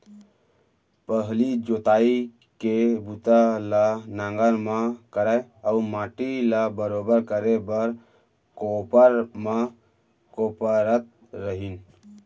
पहिली जोतई के बूता ल नांगर म करय अउ माटी ल बरोबर करे बर कोपर म कोपरत रहिन